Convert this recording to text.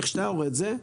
כפי שאתה רואה את זה.